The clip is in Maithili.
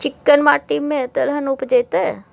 चिक्कैन माटी में तेलहन उपजतै?